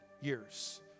years